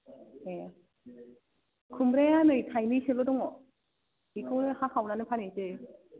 ए खुमब्राया नै थाइनैसोल' दङ बेखौनो हाखावनानै फानहैसै